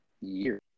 year